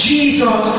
Jesus